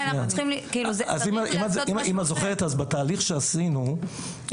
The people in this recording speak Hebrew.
אם את זוכרת בתהליך שעשינו,